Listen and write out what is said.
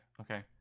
Okay